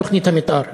תוכנית המתאר.